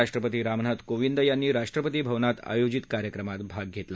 राष्ट्रपती रामनाथ कोविंद यांनी राष्ट्रपती भवनात आयोजित कार्यक्रमात भाग घेतला